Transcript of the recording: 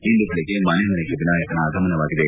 ಇಂದು ಬೆಳಗ್ಗೆ ಮನೆ ಮನೆಗೆ ವಿನಾಯಕನ ಆಗಮನವಾಗಿದೆ